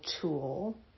tool